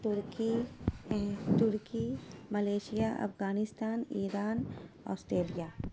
Turkey Turkey Malaysia Afghanistan Iran Australia